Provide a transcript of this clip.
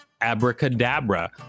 abracadabra